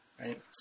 right